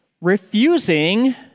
refusing